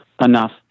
enough